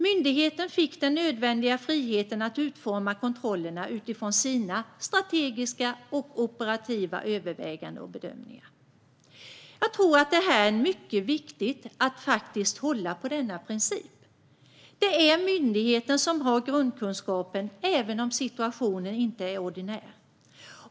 Myndigheten fick den nödvändiga friheten att utforma kontrollerna utifrån sina strategiska och operativa överväganden och bedömningar. Jag tror att det är mycket viktigt att faktiskt hålla på denna princip. Det är myndigheten som har grundkunskapen även om situationen inte är ordinär.